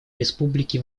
республики